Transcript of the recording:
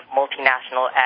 multinational